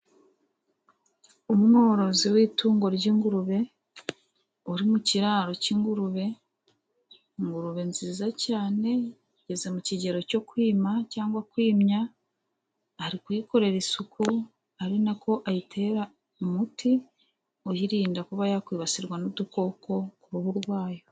Umworozi w'itungo ry'ingurube ,uri mu kiraro cy'ingurube, ingurube nziza cyane ,yageze mu kigero cyo kwima cyangwa kwimya, ari kuyikorera isuku ,ari na ko ayitera umuti uyirinda kuba yakwibasirwa n'udukoko ,ku ruhu rwayo.